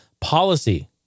policy